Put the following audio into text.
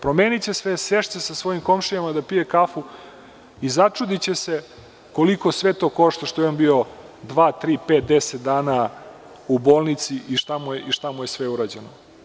Promeniće svest, sešće sa svojim komšijama da pije kafu i začudiće se koliko sve to košta što je on bio dva, tri, pet, deset dana u bolnici i šta mu je sve urađeno.